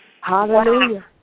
Hallelujah